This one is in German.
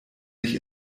sich